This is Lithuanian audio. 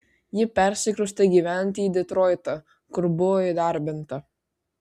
ji persikraustė gyventi į detroitą kur buvo įdarbinta